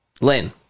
Lynn